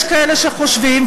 יש כאלה שחושבים,